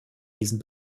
diesen